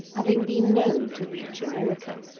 having been known to reach america.